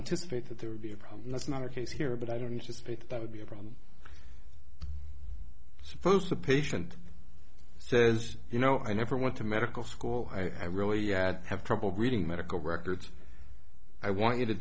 anticipate that there would be a problem that's not the case here but i don't suspect that would be a problem suppose the patient says you know i never went to medical school i really had have trouble reading medical records i want you to